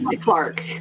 Clark